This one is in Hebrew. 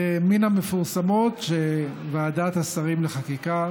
זה מן המפורסמות שוועדת השרים לחקיקה